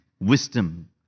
wisdom